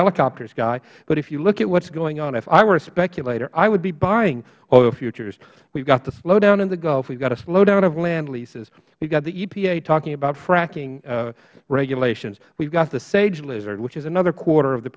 helicopters guy but if you look at what's going on if i were a speculator i would be buying oil futures we've got the slowdown in the gulf we've got a slowdown of land leases we've got the epa talking about fracking regulations we've got the sage lizard which is another quarter of the